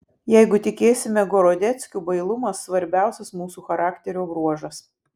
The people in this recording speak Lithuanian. jeigu tikėsime gorodeckiu bailumas svarbiausias mūsų charakterio bruožas